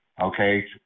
Okay